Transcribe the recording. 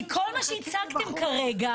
כי כל מה שהצגתם כרגע,